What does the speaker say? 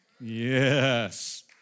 Yes